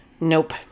Nope